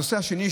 הנושא השני,